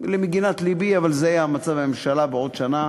למגינת לבי, אבל זה יהיה המצב, והממשלה בעוד שנה